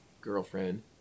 girlfriend